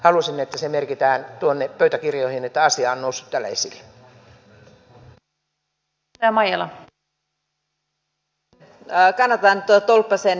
halusin että se merkitään tuonne pöytäkirjoihin että asia on noussut täällä esille